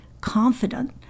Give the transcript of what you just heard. confident